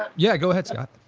but yeah, go ahead, scott